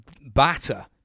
batter